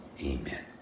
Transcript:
Amen